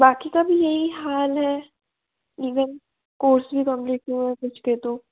बाकी का भी यही हाल है इभेन कोस ही कम्पीट कुछ के तो